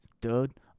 dude